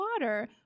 water